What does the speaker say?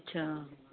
ਅੱਛਾ